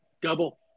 Double